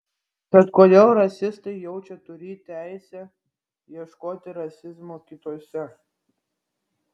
tad kodėl rasistai jaučia turį teisę ieškoti rasizmo kituose